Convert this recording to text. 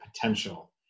potential